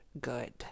good